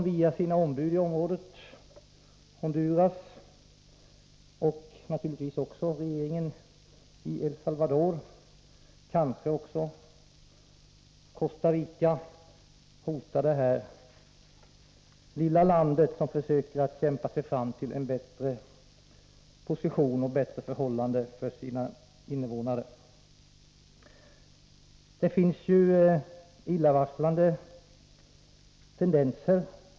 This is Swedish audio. Via sina ombud i området — Honduras, naturligtvis El Salvador och kanske också Costa Rica — hotar USA detta lilla land, som försöker kämpa sig fram till en bättre position och bättre förhållanden för sina invånare. Det finns illavarslande tendenser.